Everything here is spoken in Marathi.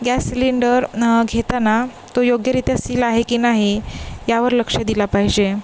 गॅस सिलिंडर घेताना तो योग्यरित्या सील आहे की नाही यावर लक्ष दिला पाहिजे